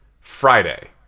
Friday